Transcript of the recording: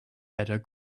better